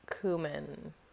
Cumin